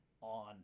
on